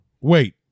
Wait